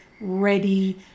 ready